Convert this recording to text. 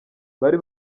bari